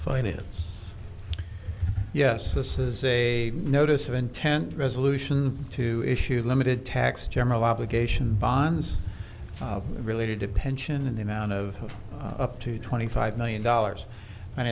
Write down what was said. it yes this is a notice of intent resolution to issue limited tax general obligation bonds related to pension and the amount of up to twenty five million dollars and